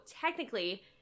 technically